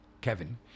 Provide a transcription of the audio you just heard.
Kevin